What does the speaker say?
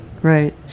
Right